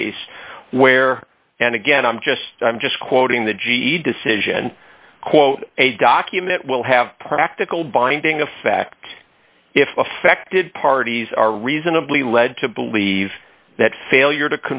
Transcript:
case where and again i'm just i'm just quoting the g e decision quote a document will have practical binding effect if the affected parties are reasonably led to believe that failure to